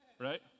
Right